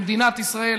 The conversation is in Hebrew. למדינת ישראל.